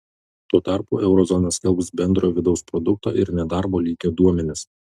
tuo tarpu euro zona skelbs bendrojo vidaus produkto ir nedarbo lygio duomenis